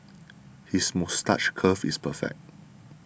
his moustache curl is perfect